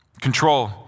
Control